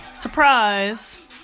Surprise